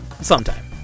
Sometime